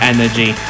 Energy